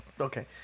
okay